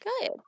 Good